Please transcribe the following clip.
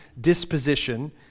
disposition